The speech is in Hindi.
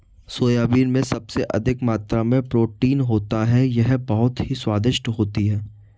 सोयाबीन में सबसे अधिक मात्रा में प्रोटीन होता है यह बहुत ही स्वादिष्ट होती हैं